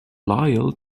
lyell